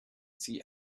see